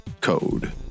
code